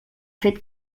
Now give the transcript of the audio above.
fet